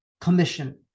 commission